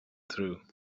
through